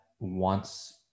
wants